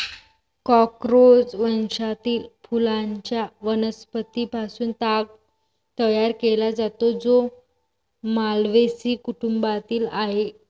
Corchorus वंशातील फुलांच्या वनस्पतीं पासून ताग तयार केला जातो, जो माल्व्हेसी कुटुंबातील आहे